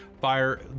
fire